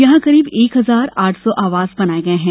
यहां करीब एक हजार आठ सौ आवास बनाये गये हैं